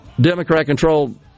Democrat-controlled